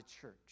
church